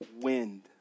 wind